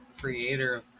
creator